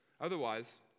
Otherwise